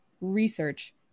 research